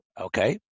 Okay